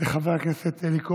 לחבר הכנסת אלי כהן.